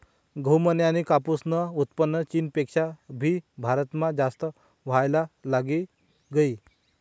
गहू आनी कापूसनं उत्पन्न चीनपेक्षा भी भारतमा जास्त व्हवाले लागी गयी